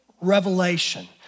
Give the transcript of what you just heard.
revelation